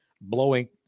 blowing